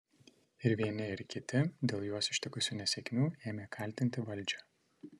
ir vieni ir kiti dėl juos ištikusių nesėkmių ėmė kaltinti valdžią